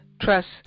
trust